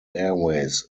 airways